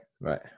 Right